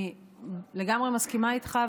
אני לגמרי מסכימה איתך,